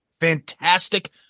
fantastic